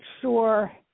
sure